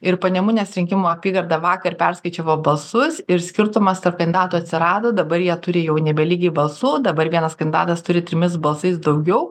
ir panemunės rinkimų apygarda vakar perskaičiavo balsus ir skirtumas tarp kandidatų atsirado dabar jie turi jau nebe lygiai balsų dabar vienas kandidatas turi trimis balsais daugiau